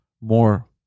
more